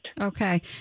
Okay